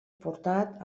portat